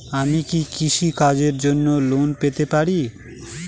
আমি কি কৃষি কাজের জন্য লোন পেতে পারি?